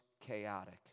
chaotic